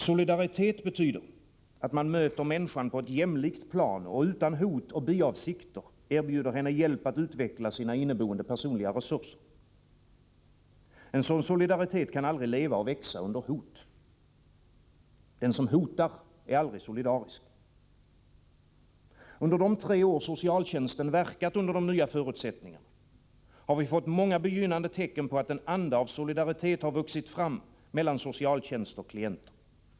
Solidaritet betyder att man möter människan på ett jämlikt plan och utan hot och biavsikter erbjuder henne hjälp att utveckla sina inneboende personliga resurser. En sådan solidaritet kan aldrig leva och växa under hot. Den som hotar är aldrig solidarisk. Under de tre år socialtjänsten verkat under de nya förutsättningarna har vi fått många begynnande tecken på att en anda av solidaritet har vuxit fram mellan socialtjänst och klienter.